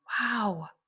Wow